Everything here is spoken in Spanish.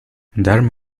darme